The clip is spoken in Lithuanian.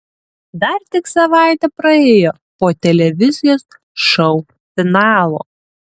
dar tik savaitė praėjo po televizijos šou finalo